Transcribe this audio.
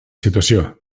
situació